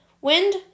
Wind